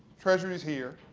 treasury is here.